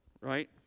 Right